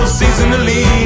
seasonally